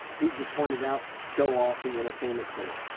pete just pointed out show off the entertainment center.